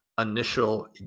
initial